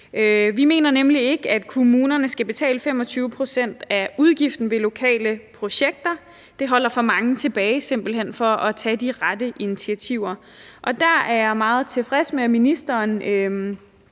Vi mener nemlig ikke, at kommunerne skal betale 25 pct. af udgiften til lokale projekter; det holder simpelt hen for mange tilbage fra at tage de rette initiativer. Der er jeg meget tilfreds med, at ministeren